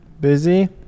Busy